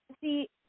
see